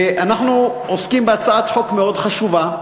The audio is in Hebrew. אנחנו עוסקים בהצעת חוק מאוד חשובה,